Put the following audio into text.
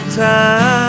time